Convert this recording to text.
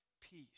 peace